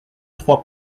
trois